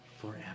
forever